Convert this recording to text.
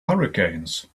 hurricanes